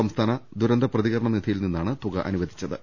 സംസ്ഥാന ദുരന്ത പ്രതികരണ നിധി യിൽ നിന്നുമാണ് തുക അനുവദിച്ചത്